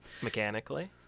Mechanically